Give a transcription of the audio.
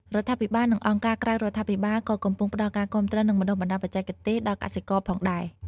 រដ្ឋាភិបាលនិងអង្គការក្រៅរដ្ឋាភិបាលក៏កំពុងផ្តល់ការគាំទ្រនិងបណ្ដុះបណ្ដាលបច្ចេកទេសដល់កសិករផងដែរ។